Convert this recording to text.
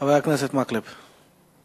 חבר הכנסת אורי מקלב,